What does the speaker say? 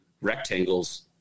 rectangles